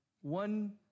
one